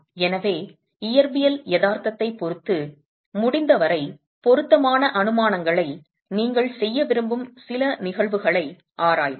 எனவே இயற்பியல் யதார்த்தத்தைப் பொறுத்து முடிந்தவரை பொருத்தமான அனுமானங்களை நீங்கள் செய்ய விரும்பும் சில நிகழ்வுகளை ஆராய்வோம்